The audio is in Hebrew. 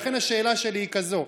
לכן השאלה שלי היא כזאת: